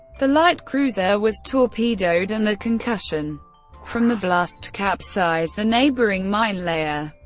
the light cruiser was torpedoed, and the concussion from the blast capsized the neighboring minelayer.